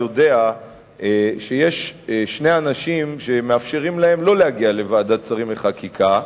יודע שיש שני אנשים שמאפשרים להם לא להגיע לוועדת שרים לחקיקה,